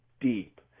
deep